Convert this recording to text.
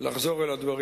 לחזור על הדברים.